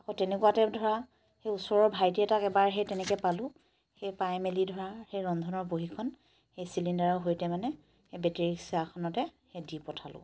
আকৌ তেনেকুৱাতে ধৰা সেই ওচৰৰ ভাইটি এটাক এবাৰ সেই তেনেকৈ পালো সেই পাই মেলি ধৰা সেই ৰন্ধনৰ বহীখন সেই চিলিণ্ডাৰৰ সৈতে মানে সেই বেটেৰী ৰিক্সা এখনতে সেই দি পঠালো